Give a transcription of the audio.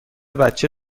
بچه